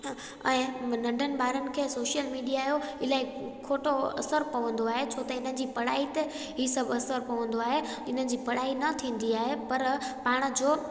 ऐं नंढनि ॿारनि खे सोशल मिडिया जो इलाही खोटो असरु पवंदो आहे छो त हिनजी पढ़ाई ते ई सभु असरु पवंदो आहे हिनजी पढ़ाई न थींदी आहे पर पाण जो